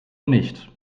nicht